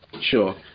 Sure